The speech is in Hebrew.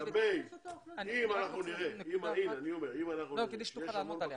אני אומר אם אנחנו נראה שיש המון בקשות,